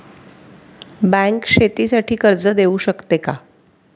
Bank शेतीसाठी कर्ज देऊ शकते का?